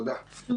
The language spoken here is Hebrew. גיא